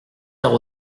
faire